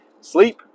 sleep